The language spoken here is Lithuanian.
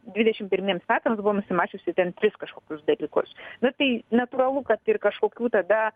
dvidešim pirmiems metams buvo nusimačiusi ten tris kažkokius dalykus na tai natūralu kad ir kažkokių tada